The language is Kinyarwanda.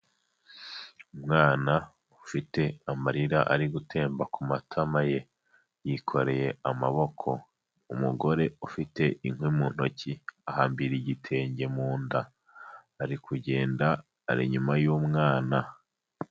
Umwana ufite amarira ari gutemba ku matama ye, yikoreye amaboko, umugore ufite inkwi mu ntoki ahambira igitenge mu nda, ari kugenda ari inyuma y'umwana.